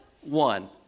one